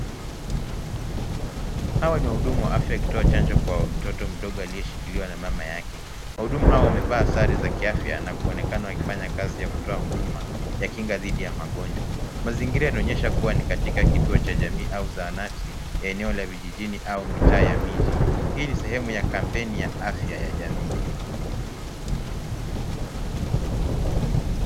Hawa ni wahudumu wa afya wakitoa chanjo kwa mtoto aliyeshikiliwa na mama yake. Wahudumu hawa wamevaa sare za kiafya na kuonekana wakifanya kazi ya kutoa huduma ya kinga dhidi ya magonjwa. Mazingira yanaonyesha kuwa ni katika kituo cha jamii au zahanati ya eneo la vijijini au mitaa ya miji. Hii ni sehemu ya kampeni ya afya ya jamii.